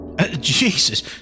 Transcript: Jesus